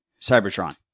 Cybertron